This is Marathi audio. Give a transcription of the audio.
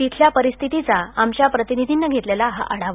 तिथल्या परिस्थितीचा आमच्या प्रतिनिधीनं घेतलेला हा आढावा